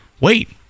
wait